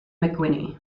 mcguinty